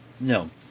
No